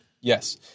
Yes